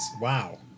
Wow